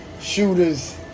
shooters